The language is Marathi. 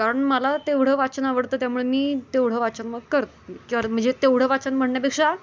कारण मला तेवढं वाचन आवडतं त्यामुळे मी तेवढं वाचन मग करते म्हणजे तेवढं वाचन म्हणण्यापेक्षा